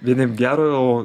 vieniem gera o